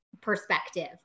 perspective